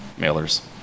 mailers